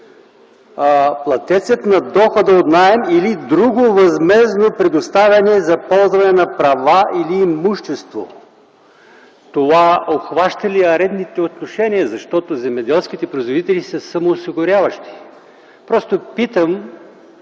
„платецът на дохода от наем или друго възмездно предоставяне за ползване на права или имущество”. Това обхваща ли арендните отношения, защото земеделските производители са самоосигуряващи се? Просто питам,